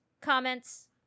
comments